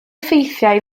ffeithiau